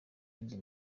yindi